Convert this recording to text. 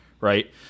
Right